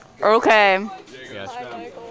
Okay